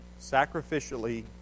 Sacrificially